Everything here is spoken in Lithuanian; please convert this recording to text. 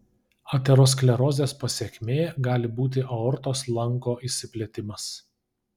aterosklerozės pasekmė gali būti aortos lanko išsiplėtimas